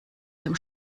dem